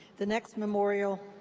the next memorial